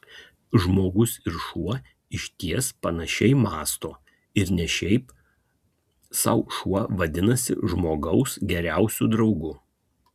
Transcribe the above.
žmogus ir šuo išties panašiai mąsto ir ne šiaip sau šuo vadinasi žmogaus geriausiu draugu